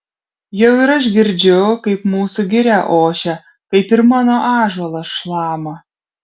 jau ir aš girdžiu kaip mūsų giria ošia kaip ir mano ąžuolas šlama